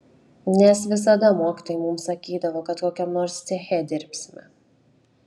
nes visada mokytojai mums sakydavo kad kokiam nors ceche dirbsime